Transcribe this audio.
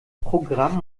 programm